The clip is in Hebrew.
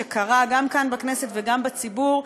שקרה גם כאן בכנסת וגם בציבור,